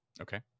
okay